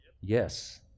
Yes